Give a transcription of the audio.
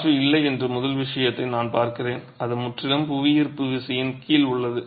காற்று இல்லை என்ற முதல் விஷயத்தை நான் பார்க்கிறேன் அது முற்றிலும் புவியீர்ப்பு விசையின் கீழ் உள்ளது